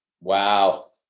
Wow